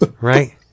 Right